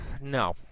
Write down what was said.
No